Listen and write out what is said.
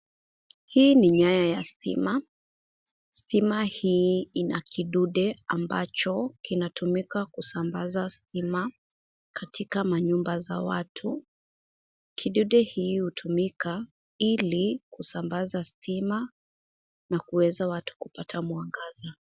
Hii ni nyaya ya stima. Stima hii ina kidude ambacho kinatumika kusambaza stima katika manyumba za watu. Kidude hii hutumika ili kusambaza stima na kuweza watu kupata mwangaza.